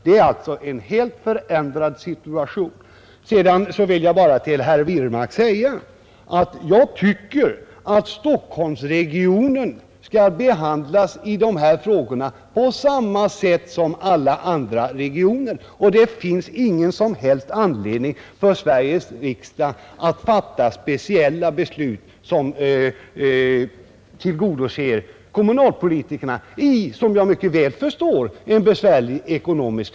Det är alltså en helt förändrad situation. Till herr Wirmark vill jag sedan säga att jag tycker att Stockholmsregionen i dessa frågor skall behandlas på samma sätt som alla andra regioner. Det finns ingen som helst anledning för Sveriges riksdag att fatta speciella beslut, som tillgodoser Stor-Stockholms kommunalpolitiker i en besvärlig situation — som jag mycket väl förstår att det här är fråga om.